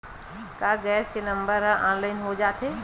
का गैस के नंबर ह ऑनलाइन हो जाथे?